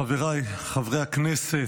חבריי חברי הכנסת,